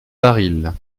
varilhes